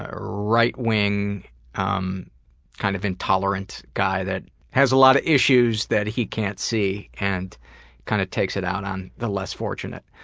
ah right-wing um kind of intolerant guy that has a lot of issues that he can't see, and um, kind of takes it out on the less fortunate.